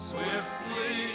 Swiftly